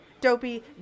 Dopey